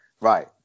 Right